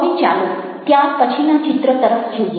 હવે ચાલો ત્યાર પછીના ચિત્ર તરફ જોઈએ